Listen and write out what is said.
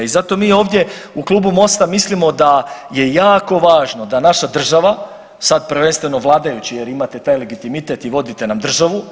I zato mi ovdje u klubu MOST-a mislimo da je jako važno da naša država, sad prvenstveno vladajući jer imate taj legitimitet i vodite nam državu.